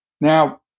Now